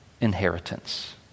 inheritance